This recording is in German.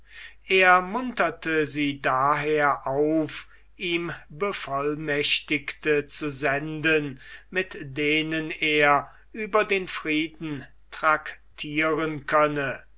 er munterte sie daher auf ihm bevollmächtigte zu senden mit denen er über den frieden traktieren könne